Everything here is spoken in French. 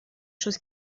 choses